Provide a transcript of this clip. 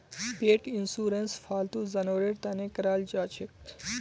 पेट insurance फालतू जानवरेर तने कराल जाछेक